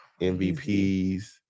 MVPs